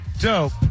dope